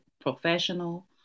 professional